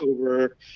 over